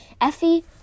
effie